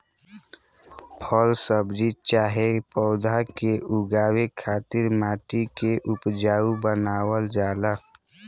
फल सब्जी चाहे पौधा के उगावे खातिर माटी के उपजाऊ बनावल जाला